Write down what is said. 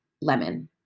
lemon